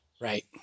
Right